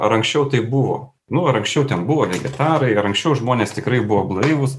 ar anksčiau tai buvo nu ar anksčiau ten buvo vegetarai ar anksčiau žmonės tikrai buvo blaivūs